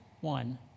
one